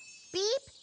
beep,